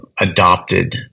adopted